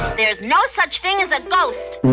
there's no such thing as a ghost!